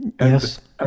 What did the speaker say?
Yes